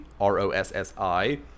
R-O-S-S-I